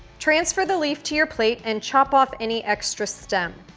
transfer the leaf to your plate and chop off any extra stem.